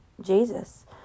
Jesus